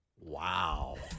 Wow